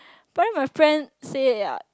but then my friend say yeah